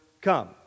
come